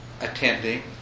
attending